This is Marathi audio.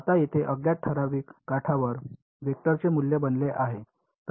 आता येथे अज्ञात ठराविक काठावर वेक्टरचे मूल्य बनले आहे